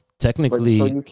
Technically